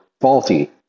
faulty